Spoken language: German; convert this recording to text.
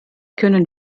können